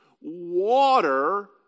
water